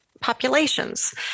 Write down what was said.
populations